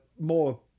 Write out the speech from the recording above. more